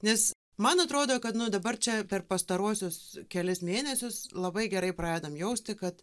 nes man atrodo kad nu dabar čia per pastaruosius kelis mėnesius labai gerai pradedam jausti kad